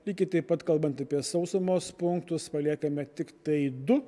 lygiai taip pat kalbant apie sausumos punktus paliekame tiktai du